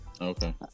Okay